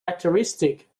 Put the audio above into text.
characteristic